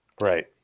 Right